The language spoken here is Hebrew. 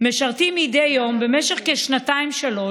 משרתים מדי יום במשך שנתיים-שלוש,